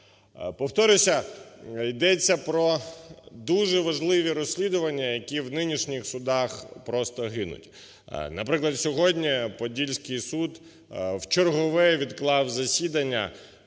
Повторюся, йдеться про дуже важливі розслідування, які в нинішніх судах просто гинуть. Наприклад, сьогодні Подільський суд вчергове відклав засідання